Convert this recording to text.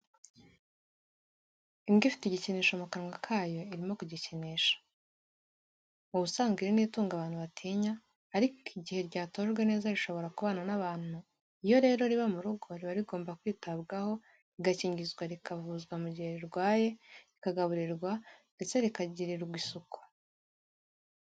Imbwa ifite igikinisho mu kananwa kayo irimo kugikinisha , mu busanzwe iri ni itungo abantu batinya, ariko igihe ryatojwe neza rishobora kubana n'abantu iyo rero riba mu rugo riba rigomba kwitabwaho rigakingizwa rikavuzwa mu gihe rirwaye rikagaburirwa ndetse rikagirirwa isuku.